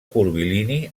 curvilini